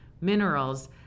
minerals